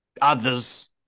others